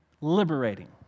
liberating